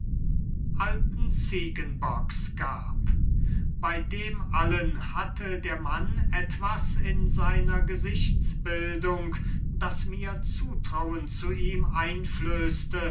alten ziegenbocks gab bey dem allen hatte der mann etwas in seiner gesichtsbildung das mir zutrauen zu ihm einflößte